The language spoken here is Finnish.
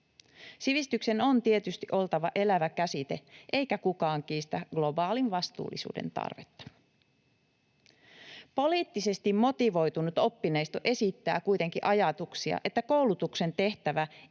Sivistyksen on tietysti oltava elävä käsite, eikä kukaan kiistä globaalin vastuullisuuden tarvetta. Poliittisesti motivoitunut oppineisto esittää kuitenkin ajatuksia, että koulutuksen tehtävä ei ole